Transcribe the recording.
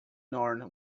narn